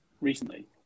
recently